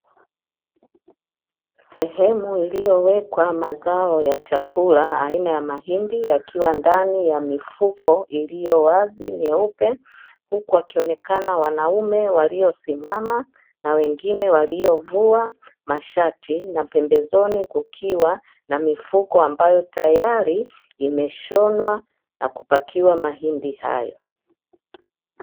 Sehemu iliyowekwa mazao ya chakula aina ya mahindi, yakiwa ndani ya mifuko iliyo wazi meupe, huku wakionekana wanaume waliosimama, na wengine waliovua mashati, na pembezoni kukiwa na mifuko ambayo tayari imeshonwa, na kupakiwa mahindi hayo.